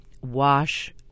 wash